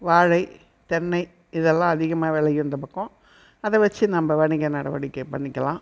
வாழை தென்னை இதெல்லாம் அதிகமாக விளையும் இந்த பக்கம் அதைவச்சி நம்ம வணிக நடவடிக்கை பண்ணிக்கலாம்